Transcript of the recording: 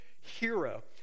hero